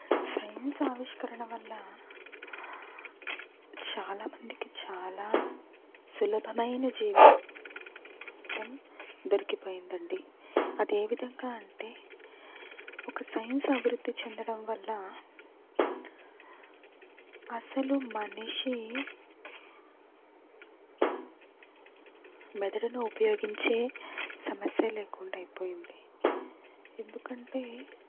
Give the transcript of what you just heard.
science ఆవిష్కరణ వల్ల చాలామందికి చాలా సులభమైన జీవితం దొరికిపోయింది అండి అది ఏ విధంగా అంటే ఒక సైన్స్ అభివృద్ధి చెందడం వల్ల అసలు మనిషి మెదడును ఉపయోగించే సమస్య లేకుండా అయిపోయింది ఎందుకంటే